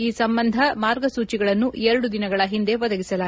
ಈ ಸಂಬಂಧದ ಮಾರ್ಗಸೂಚಿಗಳನ್ನು ಎರಡು ದಿನಗಳ ಹಿಂದೆ ಒದಗಿಸಲಾಗಿದೆ